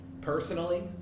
personally